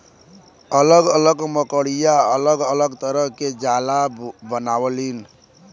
अलग अलग मकड़िया अलग अलग तरह के जाला बनावलीन